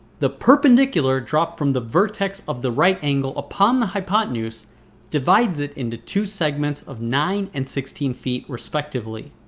the perpendicular dropped from the vertex of the right angle upon the hypotenuse divides it into two segments of nine and sixteen feet respectively.